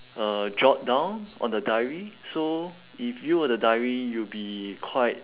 uh jot down on the diary so if you were the diary you'll be quite